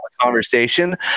conversation